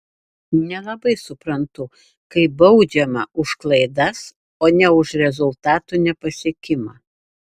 nelabai suprantu kai baudžiama už klaidas o ne už rezultatų nepasiekimą